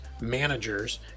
managers